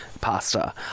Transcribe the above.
Pasta